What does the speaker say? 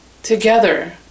Together